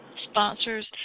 sponsors